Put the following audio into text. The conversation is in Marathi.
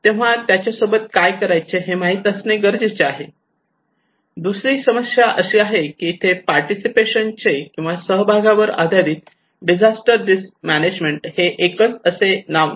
तेव्हा त्यांच्यासोबत काय करायचे हे माहीत असणे गरजेचे आहे दुसरी समस्या अशी आहे की इथे पार्टिसिपेशन चे किंवा सहभागावर आधारित डिझास्टर रिस्क मॅनेजमेंट चे एकच असे नाव नाही